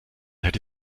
hätte